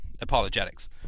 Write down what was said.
apologetics